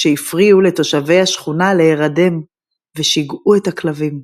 שהפריעו לתושבי השכונה להרדם ושגעו את הכלבים.